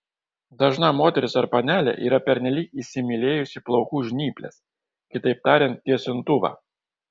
dažna moteris ar panelė yra pernelyg įsimylėjusi plaukų žnyples kitaip tariant tiesintuvą